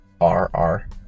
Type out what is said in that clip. r-r